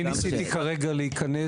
אני ניסיתי כרגע להיכנס,